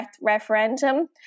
referendum